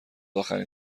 آخرین